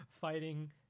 fighting